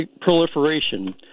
proliferation